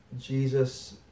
Jesus